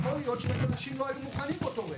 יכול להיות שבאמת אנשים לא היו מוכנים באותו רגע,